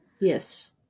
yes